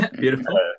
beautiful